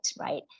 right